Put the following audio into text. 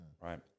right